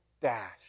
dash